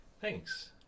thanks